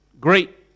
great